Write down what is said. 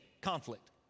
conflict